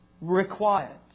required